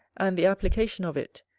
and the application of it,